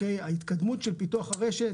ההתקדמות של פיתוח הרשת